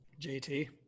JT